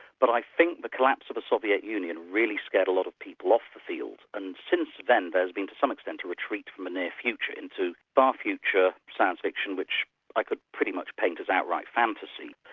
but i think the collapse the soviet union really scared a lot of people off the field, and since then there's been some extent a retreat from the near future, into far future science fiction which i could pretty much paint as outright fantasy.